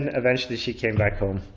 eventually she came back home